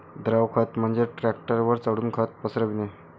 द्रव खत म्हणजे ट्रकवर चढून खत पसरविणे